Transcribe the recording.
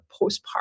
postpartum